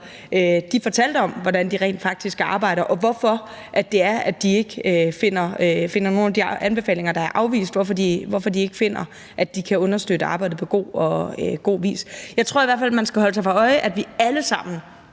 fortalte om, hvordan de rent faktisk arbejder, og hvorfor de ikke finder, at de anbefalinger, de har afvist, kan understøtte arbejdet på god vis. Jeg tror i hvert fald, man skal holde sig for øje, at vi alle sammen